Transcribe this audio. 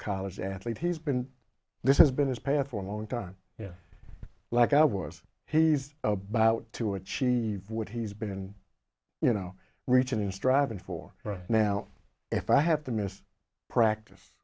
college athlete he's been this has been his path for a long time yes like i was he's about to achieve what he's been you know reaching in striving for right now if i have to miss practice